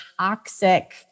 toxic